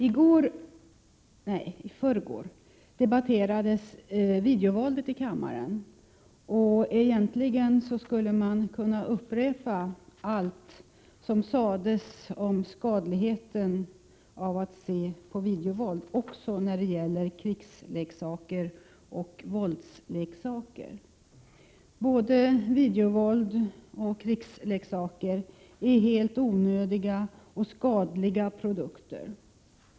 I förrgår debatterades videovåldet i kammaren, och egentligen skulle jag kunna upprepa allt som sades om skadligheten av att se på videovåld också när det gäller krigsleksaker och våldsleksaker. Både videovåld och krigsleksaker är helt onödiga och skadliga produkter.